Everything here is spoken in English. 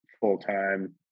full-time